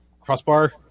crossbar